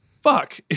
fuck